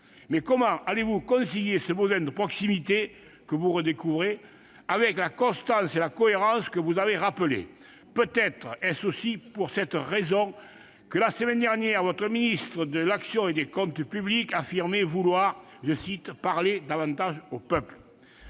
Mais comment allez-vous concilier ce besoin de proximité, que vous redécouvrez, avec la constance et la cohérence que vous avez rappelées ? Peut-être est-ce aussi la raison pour laquelle votre ministre de l'action et des comptes publics affirmait la semaine dernière vouloir « parler davantage au peuple ».